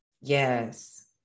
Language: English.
yes